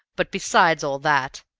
but, besides all that,